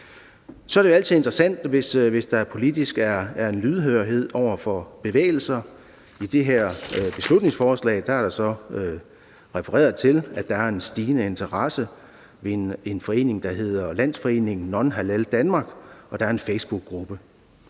Så er det altid interessant, hvis der politisk er en lydhørhed over for bevægelser, og i det her beslutningsforslag er der så refereret til, at der er en stigende interesse for en forening, der hedder Landsforeningen Non Halal Danmark, og der er en facebookgruppe.